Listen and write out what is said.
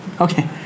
Okay